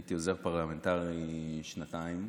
הייתי עוזר פרלמנטרי שנתיים.